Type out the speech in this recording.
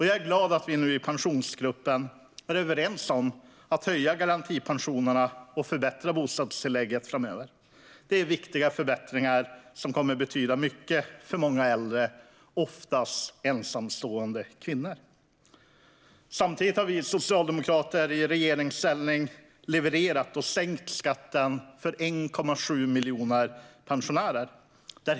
Jag är glad att vi i Pensionsgruppen nu är överens om att höja garantipensionerna och förbättra bostadstillägget framöver. Det är viktiga förbättringar som kommer att betyda mycket för många äldre, oftast ensamstående kvinnor. Samtidigt har vi socialdemokrater levererat i regeringsställning och sänkt skatten för 1,7 miljoner pensionärer.